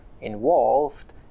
involved